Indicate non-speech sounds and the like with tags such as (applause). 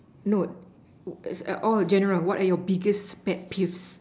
no (noise) all general what are your biggest pet peeves